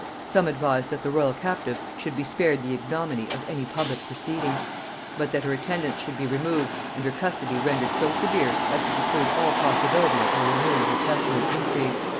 some advised that the royal captive should be spared the ignominy of any public proceeding but that her attendants should be removed, and her custody rendered so severe as to preclude all possibility of her renewing her pestilent intrigues.